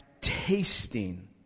tasting